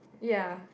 ya